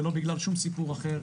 ולא בגלל שום סיפור אחר.